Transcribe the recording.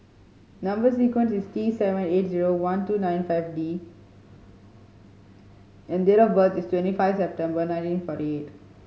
number sequence is T seven eight zero one two nine five T and date of birth is twenty five September nineteen forty eight